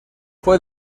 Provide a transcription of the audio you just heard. fue